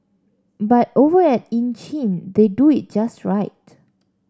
but over at Ann Chin they do it just right